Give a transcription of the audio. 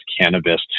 cannabis